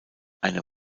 eine